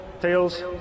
tails